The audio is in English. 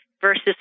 versus